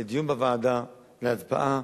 לדיון בוועדה, להצבעה